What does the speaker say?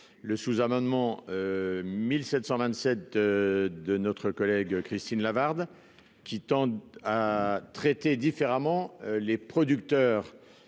le sous-amendement 1727 de notre collègue Christine Lavarde qui tendent à traiter différemment les producteurs